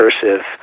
Cursive